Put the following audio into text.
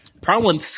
problem